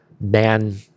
man